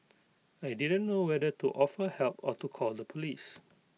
I didn't know whether to offer help or to call the Police